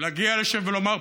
להגיע לשם ולומר,